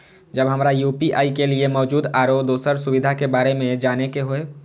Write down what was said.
जब हमरा यू.पी.आई के लिये मौजूद आरो दोसर सुविधा के बारे में जाने के होय?